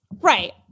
Right